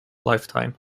lifetime